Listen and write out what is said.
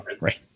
Right